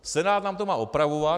Senát nám to má opravovat.